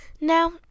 Now